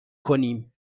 کنیم